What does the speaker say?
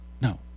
No